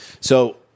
So-